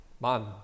man